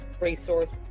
resource